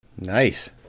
Nice